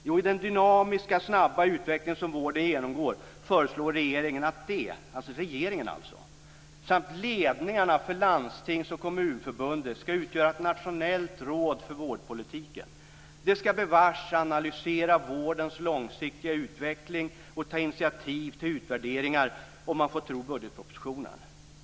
Jo, i den dynamiska, snabba utveckling som vården genomgår föreslår regeringen att regeringen samt ledningarna för Landstingsförbundet och Kommunförbundet ska utgöra ett nationellt råd för vårdpolitiken. De ska bevars analysera vårdens långsiktiga utveckling och ta initiativ till utvärderingar, om man får tro budgetpropositionen.